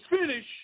finish